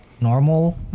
normal